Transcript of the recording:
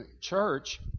church